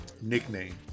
nickname